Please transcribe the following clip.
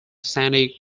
sandy